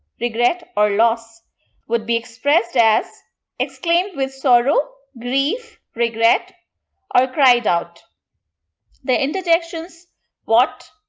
regret, or loss would be expressed as exclaimed with sorrow grief regret or cried out the interjections what!